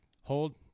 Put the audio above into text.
hold